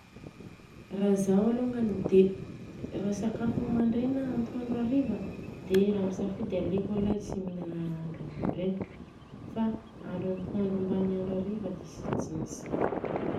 Raha zaho alôngany dia raha sakafo amandrena, antoandro, hariva a, dia raha misafidy aleoko alay tsy mihinana andro amandrena fa andro antoandro ambany i andro hariva dia tsy digny si.